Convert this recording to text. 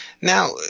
Now